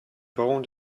bone